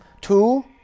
Two